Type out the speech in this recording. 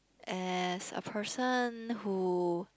as a person who